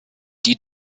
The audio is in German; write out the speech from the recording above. die